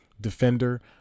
defender